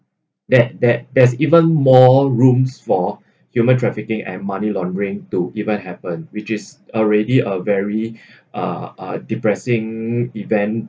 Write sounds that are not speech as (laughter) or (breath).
that that there's even more rooms for human trafficking and money laundering to even happen which is already a very (breath) uh uh depressing event